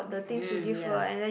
mm ya